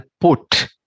put